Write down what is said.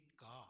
God